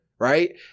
Right